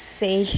say